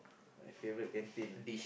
my favourite canteen